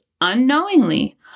unknowingly